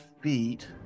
feet